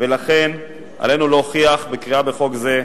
ולכן עלינו להוכיח בקריאה בחוק זה,